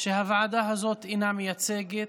שהוועדה הזאת אינה מייצגת,